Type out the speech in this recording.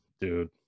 Dude